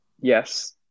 Yes